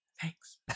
Thanks